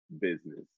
business